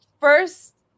First